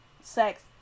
sex